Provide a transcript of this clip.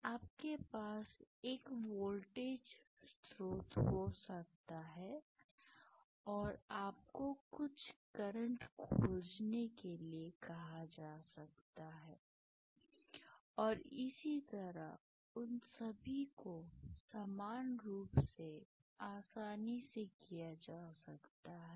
आपके पास एक वोल्टेज स्रोत हो सकता है और आपको कुछ करंट खोजने के लिए कहा जा सकता है और इसी तरह उन सभी को समान रूप से आसानी से किया जा सकता है